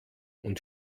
und